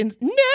no